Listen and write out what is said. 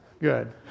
Good